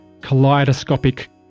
kaleidoscopic